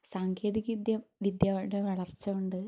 സാങ്കേതിക വിദ്യകളുടെ വളർച്ചകൊണ്ട്